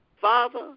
Father